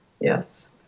Yes